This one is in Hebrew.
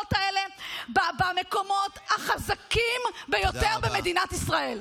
הרעיונות האלה במקומות החזקים ביותר במדינת ישראל.